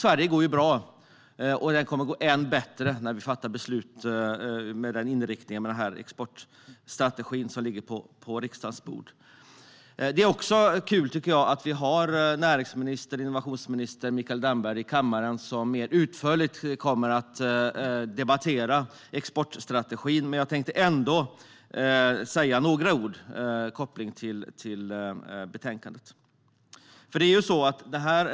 Sverige går alltså bra, och det kommer att gå ännu bättre när vi har fattat beslut om den exportstrategi som ligger på riksdagens bord. Det är också kul att vi har närings och innovationsminister Mikael Damberg i kammaren. Han kommer att debattera exportstrategin mer utförligt, men jag tänkte ändå säga några ord med koppling till betänkandet.